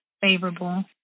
favorable